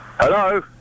Hello